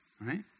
Right